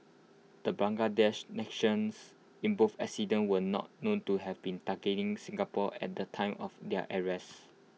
the Bangladeshi nationals in both incidents were not known to have been targeting Singapore at the time of their arrests